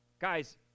Guys